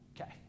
Okay